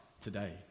today